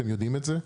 אתם יודעים את זה.